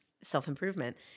self-improvement